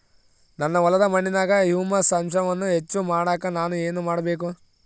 ನನ್ನ ಹೊಲದ ಮಣ್ಣಿನಾಗ ಹ್ಯೂಮಸ್ ಅಂಶವನ್ನ ಹೆಚ್ಚು ಮಾಡಾಕ ನಾನು ಏನು ಮಾಡಬೇಕು?